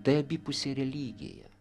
tai abipusė religija